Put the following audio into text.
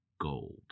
gold